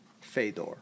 Fedor